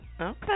Okay